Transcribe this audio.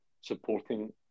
supporting